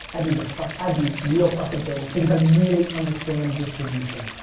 i'd be the fuckin', i'd be real fuckin' famous because i really understand distribution.